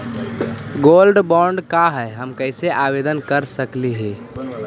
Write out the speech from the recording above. Gold bond का है, हम कैसे आवेदन कर सकली ही?